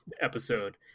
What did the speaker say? episode